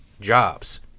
jobs